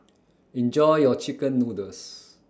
Enjoy your Chicken Noodles